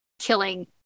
killing